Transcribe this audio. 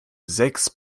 sechs